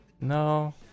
No